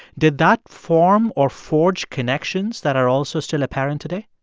did that form or forge connections that are also still apparent today?